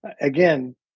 Again